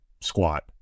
squat